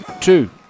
two